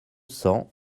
cents